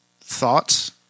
thoughts